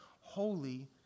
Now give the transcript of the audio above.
Holy